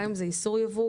גם אם זה איסור יבוא,